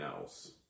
else